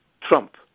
Trump